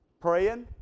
Praying